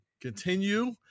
continue